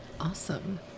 Awesome